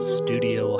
studio